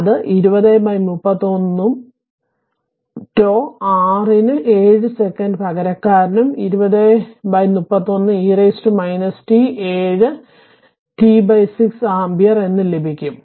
അതിനാൽ അത് 2031 ഉം τ 6 ന് 7 സെക്കൻഡ് പകരക്കാരനും 2031 e t 7 t6 ആമ്പിയർ എന്ന് ലഭിക്കും